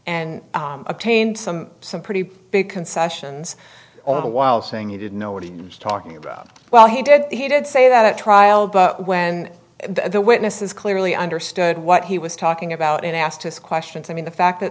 and obtain some some pretty big concessions all the while saying he didn't know what he was talking about well he did he did say that at trial but when the witnesses clearly understood what he was talking about and asked his questions i mean the fact that